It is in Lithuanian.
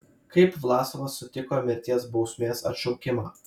kaip vlasovas sutiko mirties bausmės atšaukimą